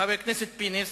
חבר הכנסת פינס,